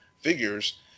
figures